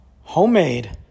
homemade